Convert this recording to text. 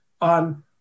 on